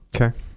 Okay